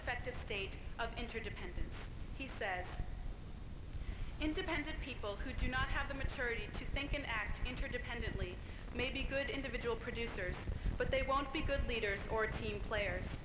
effective state of interdependence he said independent people who do not have the maturity to think and act interdependently may be good individual producers but they won't be good leaders or team players